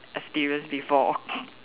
experience before